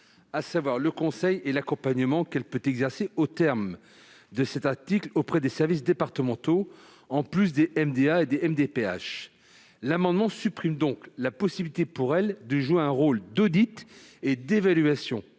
à savoir le conseil et l'accompagnement, qu'elle peut exercer aux termes de cet article auprès des services départementaux, en plus des MDA et des MDPH. Il tend donc à supprimer la possibilité pour la CNSA de jouer un rôle d'audit et d'évaluation,